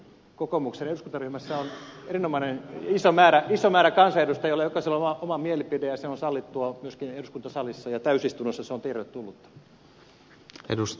kokoomuksen eduskuntaryhmässä on erinomainen iso määrä kansanedustajia joilla jokaisella on oma mielipide ja se on sallittua myöskin eduskuntasalissa ja täysistunnossa se on tervetullutta